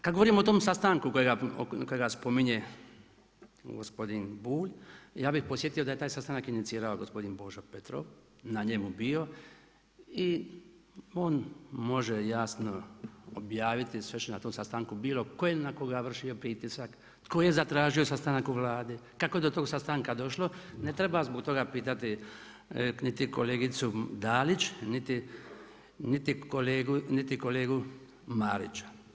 Kada govorimo o tom sastanku kojega spominje gospodin Bulj, ja bih podsjetio da je taj sastanak inicirao gospodin Božo Petrov, na njemu bio i on može jasno objaviti sve što je na tom sastanku bilo, tko je na koga vršio pritisak, tko je zatražio sastanak u Vladi, kako je do tog sastanka došlo, ne treba zbog toga pitati niti kolegicu Dalić niti kolegu Marića.